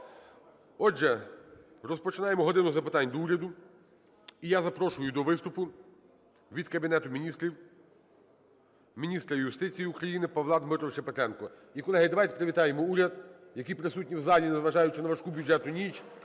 Отже, розпочинаємо "годину запитань до Уряду". І я запрошую до виступу від Кабінету Міністрів міністра юстиції України Павла Дмитровича Петренка. І, колеги, давайте привітаємо уряд, який присутній у залі, незважаючи на важку бюджетну ніч,